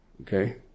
Okay